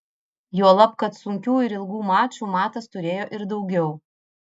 juolab kad sunkių ir ilgų mačų matas turėjo ir daugiau